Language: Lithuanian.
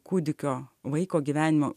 kūdikio vaiko gyvenimo